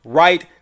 right